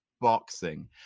boxing